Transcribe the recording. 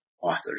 authors